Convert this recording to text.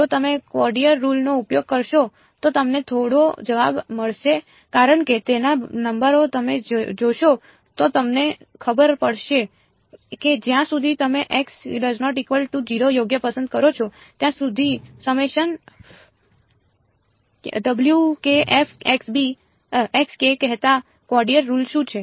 જો તમે quadrature rule નો ઉપયોગ કરશો તો તમને થોડો જવાબ મળશે કારણ કે તેના નંબરો તમે જોશો તો તમને ખબર પડશે કે જ્યાં સુધી તમે યોગ્ય પસંદ કરો છો ત્યાં સુધી સમેશન કહેતા ક્વોડરેચર રુલ શું છે